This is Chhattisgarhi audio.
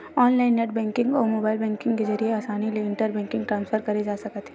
ऑनलाईन नेट बेंकिंग अउ मोबाईल बेंकिंग के जरिए असानी ले इंटर बेंकिंग ट्रांसफर करे जा सकत हे